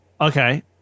Okay